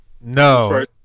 No